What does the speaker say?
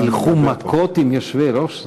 ילכו מכות עם יושבי-ראש?